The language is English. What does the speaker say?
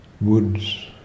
woods